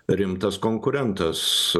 rimtas konkurentas